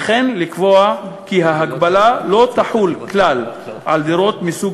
וכן לקבוע כי ההגבלה לא תחול כלל על דירות מסוג